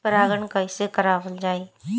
परागण कइसे करावल जाई?